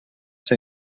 ser